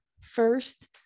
first